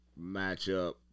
matchup